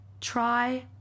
try